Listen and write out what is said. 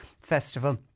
festival